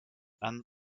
and